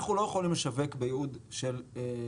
אנחנו לא יכולים לשווק בייעוד של סופר.